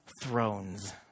thrones